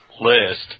list